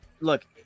Look